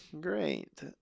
great